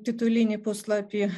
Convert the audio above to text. titulinį puslapį